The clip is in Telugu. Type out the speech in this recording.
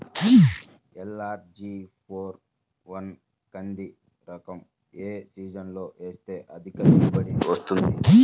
ఎల్.అర్.జి ఫోర్ వన్ కంది రకం ఏ సీజన్లో వేస్తె అధిక దిగుబడి వస్తుంది?